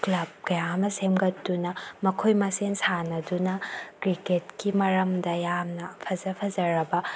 club ꯀꯌꯥ ꯑꯃ ꯁꯦꯝꯒꯠꯇꯨꯅ ꯃꯈꯣꯏ ꯃꯁꯦꯟ ꯁꯥꯟꯅꯗꯨꯅ ꯀ꯭ꯔꯤꯛꯀꯦꯠꯀꯤ ꯃꯔꯝꯗ ꯌꯥꯝꯅ ꯐꯖ ꯐꯖꯔꯕ